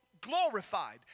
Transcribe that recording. glorified